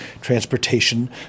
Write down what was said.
Transportation